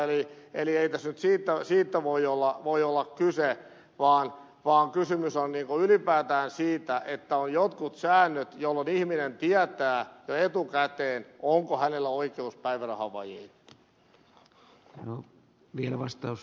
eli ei tässä nyt siitä voi olla kyse vaan kysymys on ylipäätään siitä että on jotkut säännöt jolloin ihminen tietää jo etukäteen onko hänellä oikeus päivärahaan vai ei